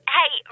Hey